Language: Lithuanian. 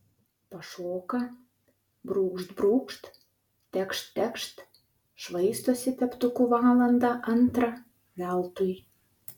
pašoka brūkšt brūkšt tekšt tekšt švaistosi teptuku valandą antrą veltui